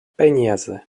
peniaze